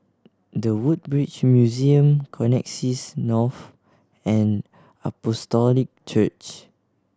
The Woodbridge Museum Connexis North and Apostolic Church